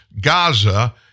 Gaza